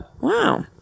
Wow